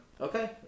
Okay